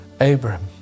Abraham